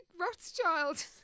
Rothschild